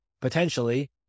Potentially